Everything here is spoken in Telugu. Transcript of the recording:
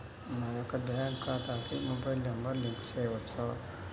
నా యొక్క బ్యాంక్ ఖాతాకి మొబైల్ నంబర్ లింక్ చేయవచ్చా?